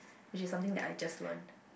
which is something I just learn